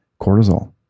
cortisol